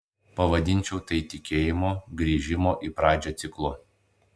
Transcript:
pavadinčiau tai tikėjimo grįžimo į pradžią ciklu